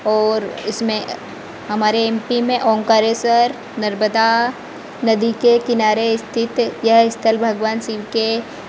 और उसमें हमारे एम पी में ओंकारेश्वर नर्मदा नदी के किनारे स्थित यह स्थल भगवान शिव के